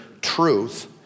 truth